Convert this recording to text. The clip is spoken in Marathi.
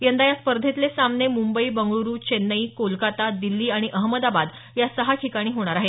यंदा या स्पर्धेतले सामने मुंबई बंगळुरू चेन्नई कोलकाता दिछ्ठी आणि अहमदाबाद या सहा ठिकाणी होणार आहेत